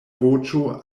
voĉo